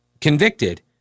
convicted